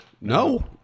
No